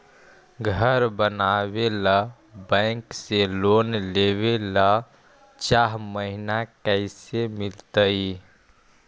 घर बनावे ल बैंक से लोन लेवे ल चाह महिना कैसे मिलतई?